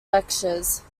lectures